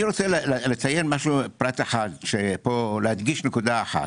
אני רוצה לציין פרט, להדגיש נקודה אחת.